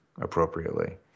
appropriately